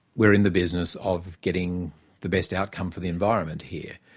we're in the business of getting the best outcome for the environment here.